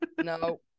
no